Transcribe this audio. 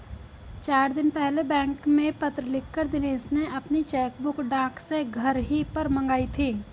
चार दिन पहले बैंक में पत्र लिखकर दिनेश ने अपनी चेकबुक डाक से घर ही पर मंगाई थी